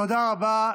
תודה רבה.